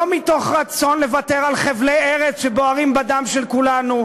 לא מתוך רצון לוותר על חבלי ארץ שבוערים בדם של כולנו,